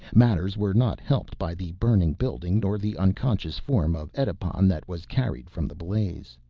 matters were not helped by the burning building nor the unconscious form of edipon that was carried from the blaze.